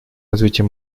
развития